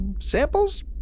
samples